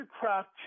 craft